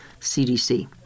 CDC